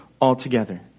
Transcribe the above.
altogether